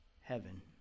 heaven